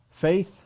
Faith